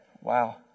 wow